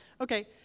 Okay